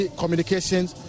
communications